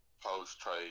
post-trade